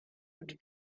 would